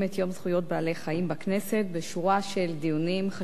בעלי-החיים בכנסת בשורה של דיונים חשובים.